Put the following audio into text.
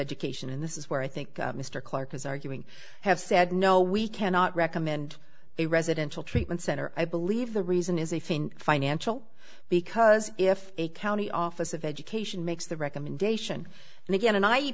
education and this is where i think mr clark is arguing have said no we cannot recommend a residential treatment center i believe the reason is if in financial because if a county office of education makes the recommendation and again an i